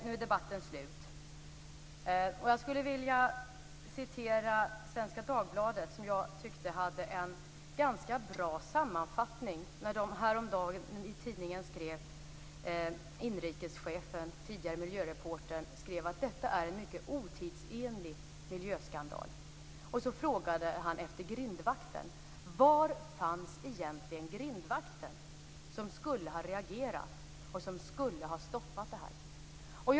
Nu är debatten slut, och jag skulle vilja citera Svenska Dagbladet som jag tyckte hade en ganska bra sammanfattning när inrikeschefen, tidigare miljöreportern, häromdagen i tidningen skrev att detta är "En otidsenlig miljöskandal". Sedan frågade han efter grindvakten. Var fanns egentligen grindvakten, som skulle ha reagerat och som skulle ha stoppat det här?